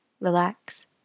relax